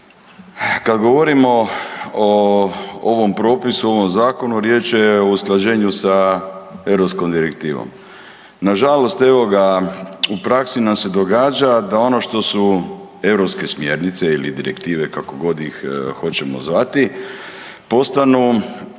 kad govorimo o ovom propisu, o ovom zakonu riječ je o usklađenju sa europskom direktivom. Nažalost evo ga u praksi nam se događa da ono što su europske smjernice ili direktive, kako god ih hoćemo zvati, postanu, ne